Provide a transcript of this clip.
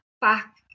back